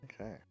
okay